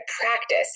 practice